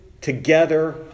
together